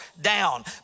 down